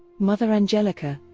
mother angelica,